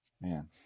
man